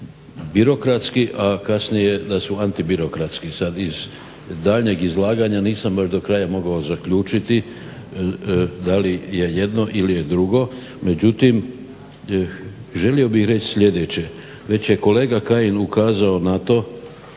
birokratski, a kasnije antibirokratski. Sada iz daljnjeg izlaganja nisam baš do kraja mogao zaključiti da li je jedno ili drugo. Međutim želio bih reći sljedeće, već je kolega Kajin ukazao na to